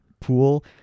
pool